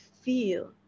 feel